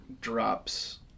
drops